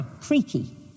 creaky